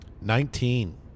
Nineteen